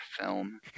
film